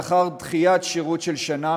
לאחר דחיית שירות של שנה,